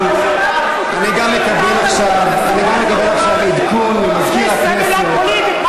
אני גם מקבל עכשיו עדכון ממזכיר הכנסת,